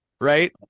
Right